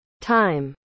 time